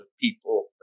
people